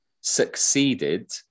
succeeded